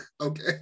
okay